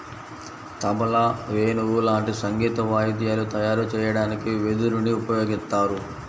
తబలా, వేణువు లాంటి సంగీత వాయిద్యాలు తయారు చెయ్యడానికి వెదురుని ఉపయోగిత్తారు